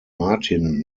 martin